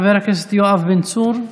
חבר הכנסת יואב בן צור,